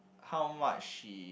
how much she